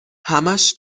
همش